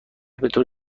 بطور